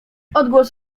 odgłos